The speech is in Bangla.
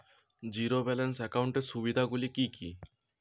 জীরো ব্যালান্স একাউন্টের সুবিধা গুলি কি কি?